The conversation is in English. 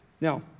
Now